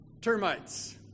termites